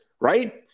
right